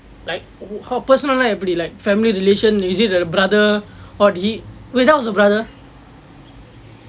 like how personal எப்படி:eppadi like family relation is it the brother or did he oh that was the brother